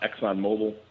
ExxonMobil